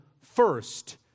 first